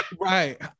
Right